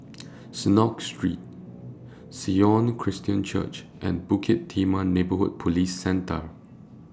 Synagogue Street Sion Christian Church and Bukit Timah Neighbourhood Police Centre